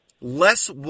less